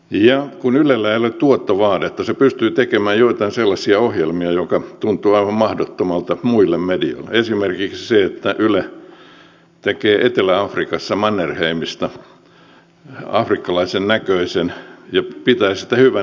ja kun ylellä ei ole tuottovaadetta se pystyy tekemään joitain sellaisia ohjelmia jotka tuntuvat aivan mahdottomilta muille medioille esimerkiksi se että yle tekee etelä afrikassa mannerheimista afrikkalaisen näköisen ja pitää sitä hyvänä juttuna